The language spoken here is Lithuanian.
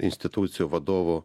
institucijų vadovų